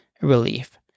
relief